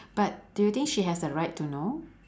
but do you think she has the right to know